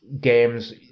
games